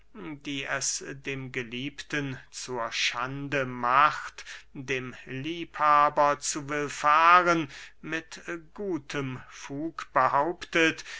die es dem geliebten zur schande macht dem liebhaber zu willfahren mit gutem